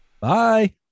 Bye